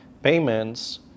payments